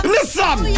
Listen